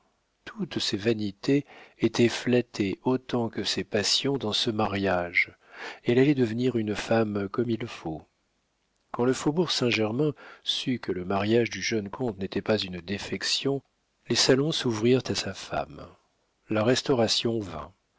toutes ses vanités étaient flattées autant que ses passions dans ce mariage elle allait devenir une femme comme il faut quand le faubourg saint-germain sut que le mariage du jeune comte n'était pas une défection les salons s'ouvrirent à sa femme la restauration vint